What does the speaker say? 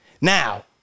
now